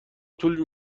طول